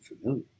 familiar